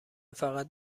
فقط